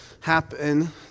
happen